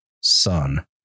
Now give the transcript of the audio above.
son